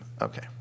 Okay